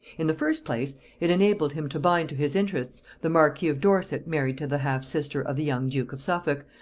in the first place it enabled him to bind to his interests the marquis of dorset married to the half-sister of the young duke of suffolk,